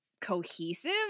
cohesive